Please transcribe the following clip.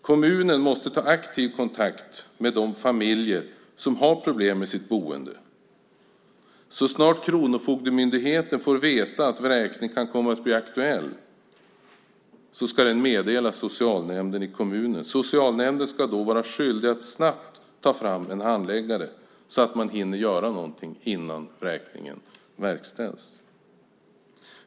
Kommunen måste ta aktiv kontakt med de familjer som har problem med sitt boende. Så snart kronofogdemyndigheten får veta att vräkning kan komma att bli aktuellt ska den meddela socialnämnden i kommunen. Socialnämnden ska då vara skyldig att snabbt ta fram en handläggare, så att man hinner göra någonting innan vräkningen verkställs.